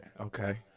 okay